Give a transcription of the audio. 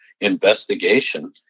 investigation